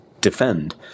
defend